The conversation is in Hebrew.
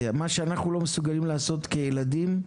מה שאנחנו לא מסוגלים לעשות כילדים,